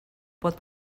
pot